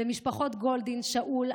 למשפחות גולדין ושאול,